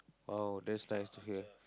!wow! that's nice to hear